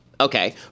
Okay